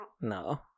No